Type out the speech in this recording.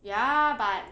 ya but